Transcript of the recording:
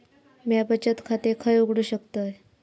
म्या बचत खाते खय उघडू शकतय?